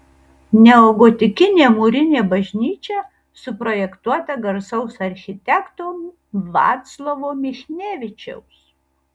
neogotikinė mūrinė bažnyčia suprojektuota garsaus architekto vaclovo michnevičiaus